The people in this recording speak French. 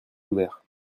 ouvert